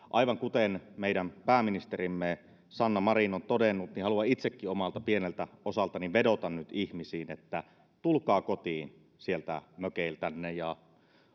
aivan kuten meidän pääministerimme sanna marin on todennut haluan itsekin omalta pieneltä osaltani vedota nyt ihmisiin että tulkaa kotiin sieltä mökeiltänne